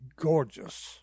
gorgeous